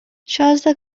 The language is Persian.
شازده